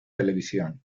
televisión